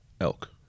elk